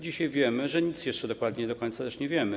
Dzisiaj wiemy, że nic jeszcze dokładnie, do końca nie wiemy.